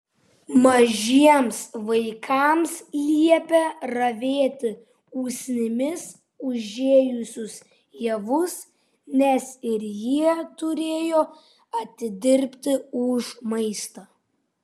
mažiems vaikams liepė ravėti usnimis užėjusius javus nes ir jie turėjo atidirbti už maistą